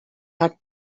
had